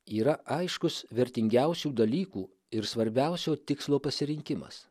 yra aiškus vertingiausių dalykų ir svarbiausio tikslo pasirinkimas